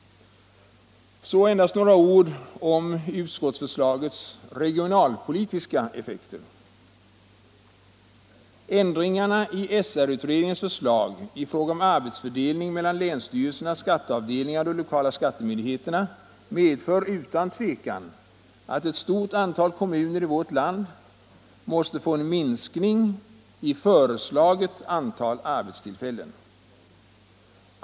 Så endast några ord om utskottsförslagets regionalpolitiska effekter. Ändringarna i RS-utredningens förslag i fråga om arbetsfördelning mellan länsstyrelsernas skatteavdelningar och de lokala skattemyndigheterna medför utan tvekan att ett stort antal kommuner i vårt land måste få en minskning i föreslaget antal arbetstillfällen.